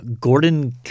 Gordon